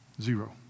zero